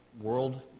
World